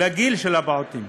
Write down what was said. לגיל של הפעוטות.